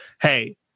hey